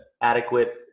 adequate